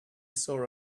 saw